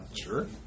Sure